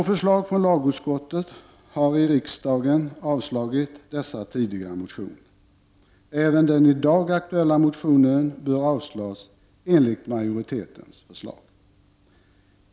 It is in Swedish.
På förslag från lagutskottet har riksdagen avslagit dessa tidigare motioner. Även den i dag aktuella motionen bör avslås, enligt majoritetens förslag.